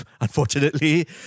unfortunately